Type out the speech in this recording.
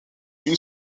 une